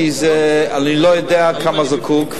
כי אני לא יודע לכמה הוא זקוק,